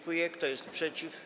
Kto jest przeciw?